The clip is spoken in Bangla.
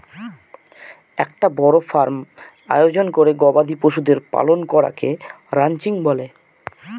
একটা বড় ফার্ম আয়োজন করে গবাদি পশুদের পালন করাকে রানচিং বলে